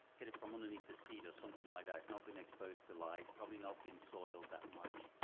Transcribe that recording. get it from underneath the seat or something like that. it's not been exposed to light, probably not been soiled that much,